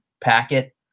packet